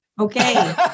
Okay